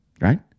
Right